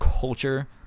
culture